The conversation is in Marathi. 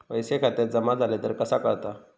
पैसे खात्यात जमा झाले तर कसा कळता?